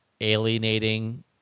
alienating